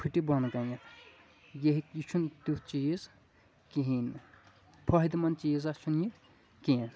پھٕٹہِ بۄنہٕ کنٮ۪تھ یہِ ہٮ۪کہِ یہِ چھُنہٕ تیُتھ چیٖز کہیٖنۍ نہٕ فٲیِدٕ مند چیٖزا چھُنہٕ یہِ کینٛہہ